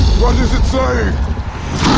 what is it saying?